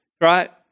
right